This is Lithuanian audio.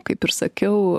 kaip ir sakiau